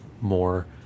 more